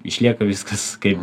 išlieka viskas kaip